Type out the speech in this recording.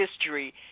history